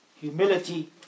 humility